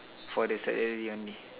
for the salary only